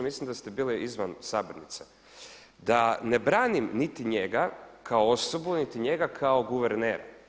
Mislim da ste bili izvan sabornice da ne branim niti njega kao osobu, niti njega kao guvernera.